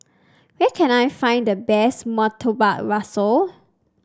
where can I find the best Murtabak Rusa